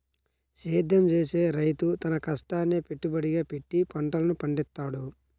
సేద్యం చేసే రైతు తన కష్టాన్నే పెట్టుబడిగా పెట్టి పంటలను పండిత్తాడు